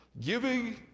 giving